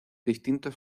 distintos